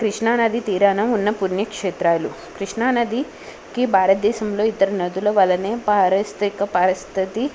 కృష్ణా నది తీరాణ ఉన్న పుణ్యక్షేత్రాలు కృష్ణా నదికి భారతదేశంలో ఇతర నదుల వలనే పారస్థిక పారిస్థితి